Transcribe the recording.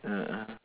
mm ah